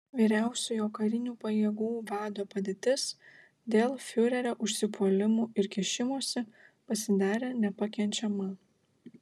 vyriausiojo karinių pajėgų vado padėtis dėl fiurerio užsipuolimų ir kišimosi pasidarė nepakenčiama